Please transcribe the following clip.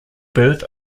birth